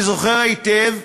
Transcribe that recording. אני זוכר היטב,